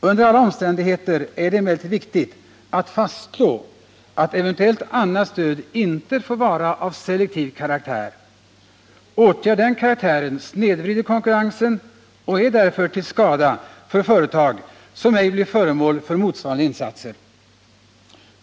Under alla omständigheter är det emellertid viktigt att fastslå, att eventuellt annat stöd inte får ha selektiv karaktär. Åtgärder av den karaktären snedvrider konkurrensen och är därför till skada för företag som ej blir föremål för motsvarande insatser.